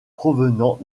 provenant